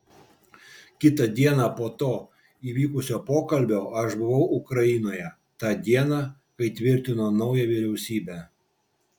kitą dieną po to įvykusio pokalbio aš buvau ukrainoje tą dieną kai tvirtino naują vyriausybę